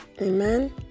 Amen